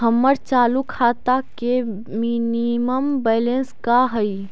हमर चालू खाता के मिनिमम बैलेंस का हई?